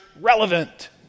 relevant